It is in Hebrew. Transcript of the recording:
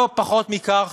לא פחות מכך,